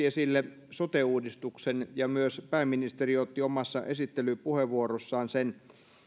esille sote uudistuksen ja myös pääministeri otti omassa esittelypuheenvuorossaan sen esille